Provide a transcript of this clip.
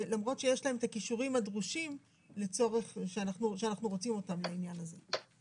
למרות שיש להם את הכישורים הדרושים שאנחנו רוצים אותם לעניין הזה.